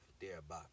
thereby